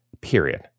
period